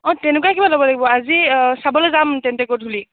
অঁ তেনেকুৱাই কিবা ল'ব লাগিব আজি চাবলৈ যাম তেন্তে গধূলি